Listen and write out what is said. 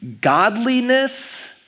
Godliness